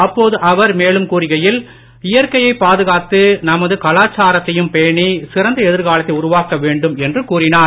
அப்போது அவர் மேலும் கூறுகையில் இயற்கையை பாதுகாத்து நமது கலாச்சாரத்தையும் பேணி சிறந்த எதிர்க்காலத்தை உருவாக்க வேண்டும் என்றும் கூறினார்